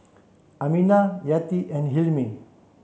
Aminah Yati and Hilmi